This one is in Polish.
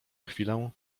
chwilę